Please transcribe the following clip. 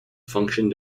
function